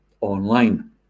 online